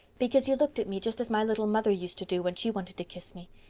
because you looked at me just as my little mother used to do when she wanted to kiss me.